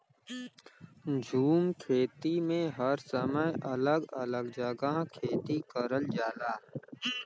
झूम खेती में हर समय अलग अलग जगह खेती करल जाला